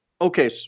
Okay